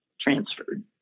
transferred